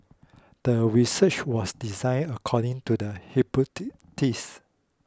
the research was designed according to the